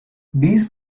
these